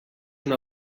una